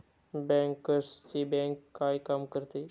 बँकर्सची बँक काय काम करते?